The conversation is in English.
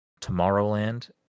Tomorrowland